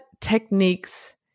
techniques